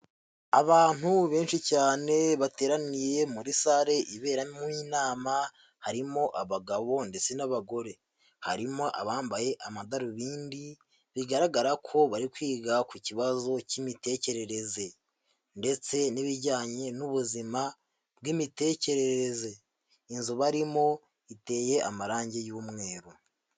Abantu benshi cyane bateraniye muri sale iberamo inama, harimo abagabo ndetse n'abagore, harimo abambaye amadarubindi; bigaragara ko bari kwiga ku kibazo cy'imitekerereze ndetse n'ibijyanye n'ubuzima bw'imitekerereze. Inzu barimo iteye amarangi y'umweru.